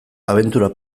abentura